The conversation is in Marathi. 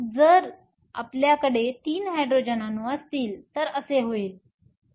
तर जर आपल्याकडे 3 हायड्रोजन अणू असतील तर असे होईल